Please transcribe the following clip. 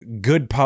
good –